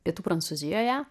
pietų prancūzijoje